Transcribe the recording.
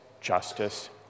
justice